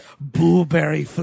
blueberry